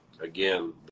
Again